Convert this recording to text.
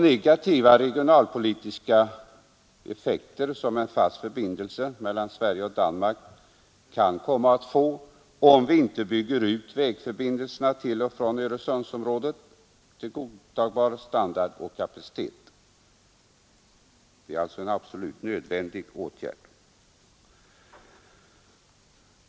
För det fjärde kan en fast förbindelse mellan Sverige och Danmark komma att få negativa regionalpolitiska effekter, om vi inte bygger ut vägförbindelserna till och från Öresundsområdet till godtagbar standard och kapacitet. Det är en absolut nödvändig åtgärd.